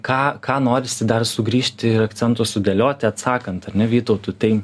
ką ką norisi dar sugrįžti ir akcentus sudėlioti atsakant ar ne vytautui tai